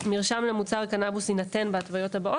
"מרשם למוצר קנבוס יינתן בהתוויות הבאות".